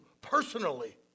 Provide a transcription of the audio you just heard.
personally